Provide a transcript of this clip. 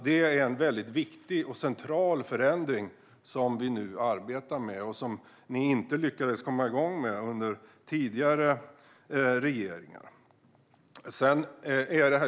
Det är en viktig och central förändring som vi nu arbetar med och som ni inte lyckades komma igång med under tidigare regeringar.